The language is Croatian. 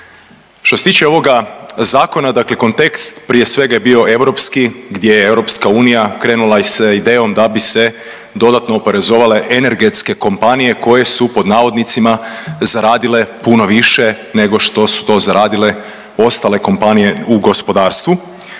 Što se tiče ovoga zakona, dakle kontekst prije svega je bio europski gdje je EU krenula s idejom da bi se dodatno oporezovale energetske kompanije koje su, pod navodnicima, zaradile puno više nego što su to zaradile ostale kompanije u gospodarstvu